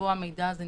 כאלה.